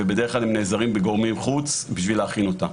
ובדרך כלל הם נעזרים בגורמי חוץ בשביל להכין אותה.